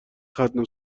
ختنه